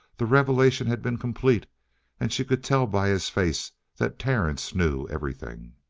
the revelation had been complete and she could tell by his face that terence knew everything.